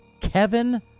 Kevin